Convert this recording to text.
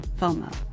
FOMO